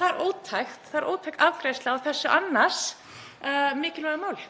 Það er ótækt. Það er ótæk afgreiðsla á þessu annars mikilvæga máli.